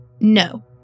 No